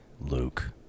Luke